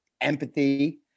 empathy